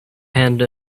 hand